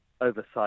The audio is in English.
oversight